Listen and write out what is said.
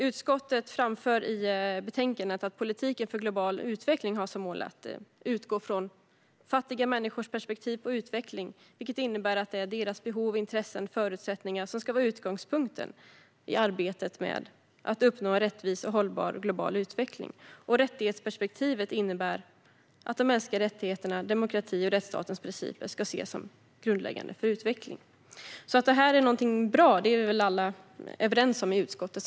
Utskottet framför i betänkandet att politiken för global utveckling har som mål att utgå från fattiga människors perspektiv på utveckling, vilket innebär att det är deras behov, intressen och förutsättningar som ska vara utgångspunkten i arbetet med att uppnå en rättvis och hållbar global utveckling. Rättighetsperspektivet innebär att de mänskliga rättigheterna, demokrati och rättsstatens principer ska ses som grundläggande för utveckling. Att det här är någonting bra är vi väl alla överens om i utskottet.